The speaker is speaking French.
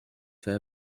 fait